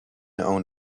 own